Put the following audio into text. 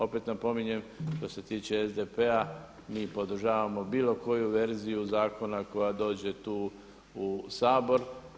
Opet napominjem što se tiče SDP-a mi podržavamo bilo koju verziju zakona koja dođe tu u Sabor.